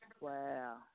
Wow